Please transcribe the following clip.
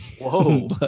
Whoa